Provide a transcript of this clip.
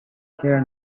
here